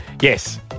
Yes